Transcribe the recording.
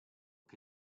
che